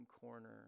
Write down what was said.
corner